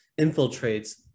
infiltrates